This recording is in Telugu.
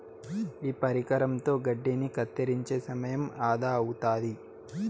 ఈ పరికరంతో గడ్డిని కత్తిరించే సమయం ఆదా అవుతాది